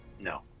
No